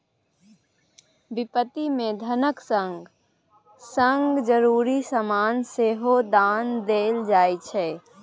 बिपत्ति मे धनक संग संग जरुरी समान सेहो दान देल जाइ छै